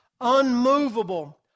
unmovable